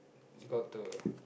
you got to